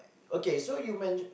okay so you mention